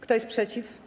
Kto jest przeciw?